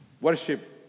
worship